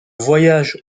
voyage